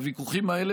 הוויכוחים האלה,